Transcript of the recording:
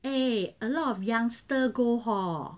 eh a lot of youngster go hor